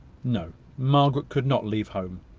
no margaret could not leave home.